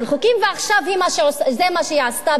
ועכשיו זה מה שהיא עשתה באריאל.